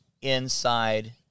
inside